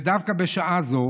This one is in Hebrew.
ודווקא בשעה זו,